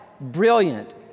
brilliant